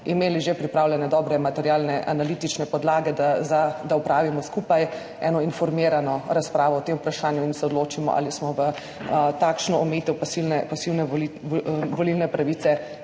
imeli že pripravljene dobre materialne analitične podlage, da opravimo skupaj eno informirano razpravo o tem vprašanju in se odločimo, ali smo v takšno omejitev pasivne volilne pravice